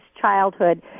childhood